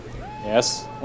Yes